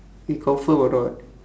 you confirm or not